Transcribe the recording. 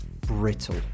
brittle